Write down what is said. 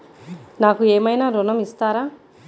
నాకు ఏమైనా ఋణం ఇస్తారా?